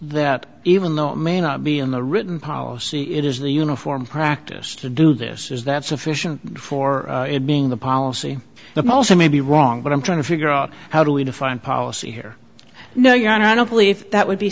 that even though it may not be in the written policy it is the uniform practice to do this is that sufficient for it being the policy of also may be wrong but i'm trying to figure out how do we define policy here no your honor i don't believe that would be